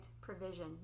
provision